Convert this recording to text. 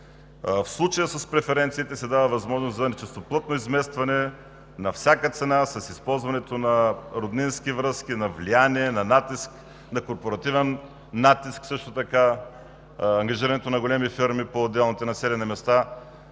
в случая се дава възможност за нечистоплътно изместване на всяка цена – с използването на роднински връзки, на влияние, на натиск, на корпоративен натиск също така, ангажирането на големи фирми по отделните населени места